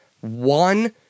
one